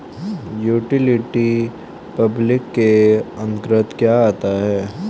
Utility public के अंतर्गत क्या आता है?